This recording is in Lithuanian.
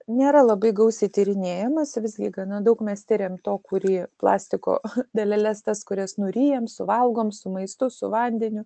nėra labai gausiai tyrinėjamas visgi gana daug mes tiriam to kurį plastiko daleles tas kurias nuryjam suvalgom su maistu su vandeniu